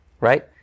Right